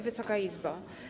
Wysoka Izbo!